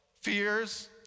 fears